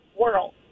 world